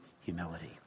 humility